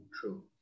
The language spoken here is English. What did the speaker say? true